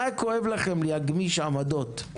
מה היה כואב לכם להגמיש עמדות?